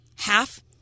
Half